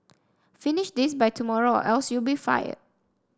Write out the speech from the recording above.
finish this by tomorrow or else you'll be fired